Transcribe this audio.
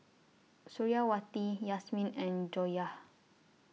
Suriawati Yasmin and Joyah